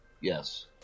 Yes